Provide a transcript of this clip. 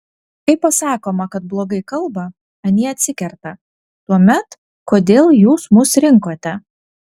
kai pasakoma kad blogai kalba anie atsikerta tuomet kodėl jūs mus rinkote